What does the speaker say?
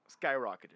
skyrocketed